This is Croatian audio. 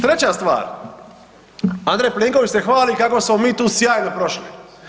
Treća stvar, Andrej Plenković se hvali kako smo mi tu sjajno prošli.